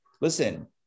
listen